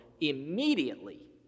Immediately